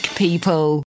People